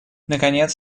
наконец